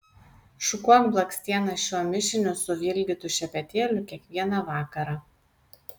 šukuok blakstienas šiuo mišiniu suvilgytu šepetėliu kiekvieną vakarą